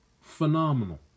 phenomenal